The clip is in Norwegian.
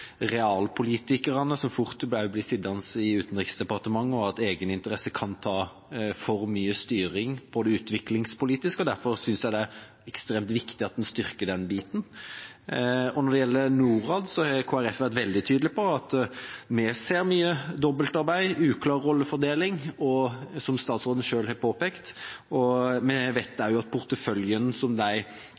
realpolitikerne, som fort blir sittende i Utenriksdepartementet, noe som kan føre til at egeninteresser tar for mye av styringen av det utviklingspolitiske. Derfor synes jeg det er ekstremt viktig at en styrker den delen. Når det gjelder Norad, har Kristelig Folkeparti vært veldig tydelig på at vi ser mye dobbeltarbeid og uklar rollefordeling, som statsråden selv har påpekt. Vi vet også at porteføljen som de